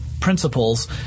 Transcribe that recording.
principles